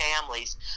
families